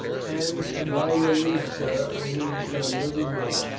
and by your leave, sir, i need some little more.